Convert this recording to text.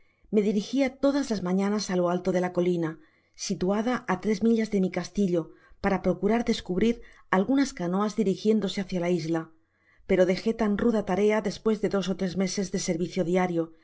me dirigia todas las mañanas á lo alto de la colina situada á tres millas de mi castillo para procurar descubrir algunas canoas dirigiéndose hácia la isla pero dejé tan ruda tarea despues de dos ó tres meses de servicio diario